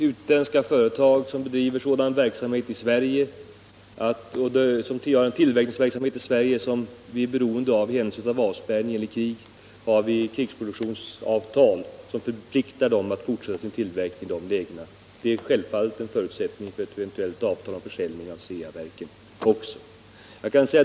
Herr talman! Vi har krigsproduktionsavtal med de utländska företag som bedriver tillverkningsverksamhet i Sverige som vi är beroende av i händelse av avspärrning eller krig, avtal som förpliktar dem att fortsätta sin tillverkning i sådana lägen. Det är självfallet en förutsättning också för ett eventuellt avtal om försäljning av Ceaverken.